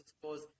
suppose